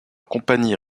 compagnies